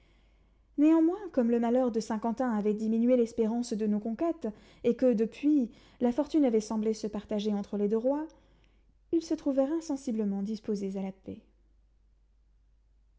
néanmoins comme le malheur de saint-quentin avait diminué l'espérance de nos conquêtes et que depuis la fortune avait semblé se partager entre les deux rois ils se trouvèrent insensiblement disposés à la paix